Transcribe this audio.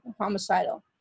homicidal